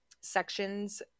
sections